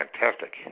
fantastic